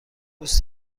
دوست